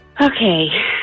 Okay